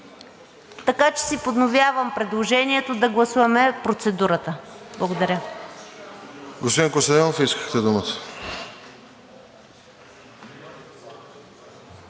Така че си подновявам предложението да гласуваме процедурата. (Реплики